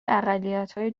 اقلیتهای